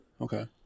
Okay